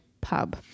pub